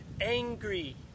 angry